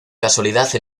casualidad